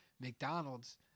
McDonald's